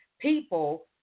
people